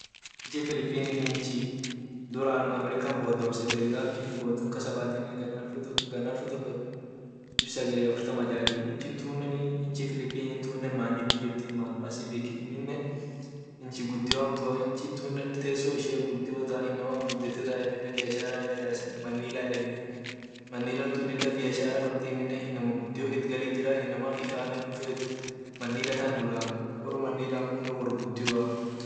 Inchi philipine inchi duran ameriacn bodomsote gaf ishin bodom kas bat gan alfu toko dib sagali afurtama jatii inchi tunne many diju jirtii many pacifici amine inchi gudio hamtua inchi tunne teso ishia ta biashara itmidasen manila yedeni manila lila biashara qabdi amine inama gudio itgalit jira inama ifa manila tan bulaa wor manila kun wor gudioaa.